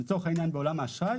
לצורך העניין בעולם האשראי,